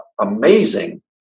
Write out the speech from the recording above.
amazing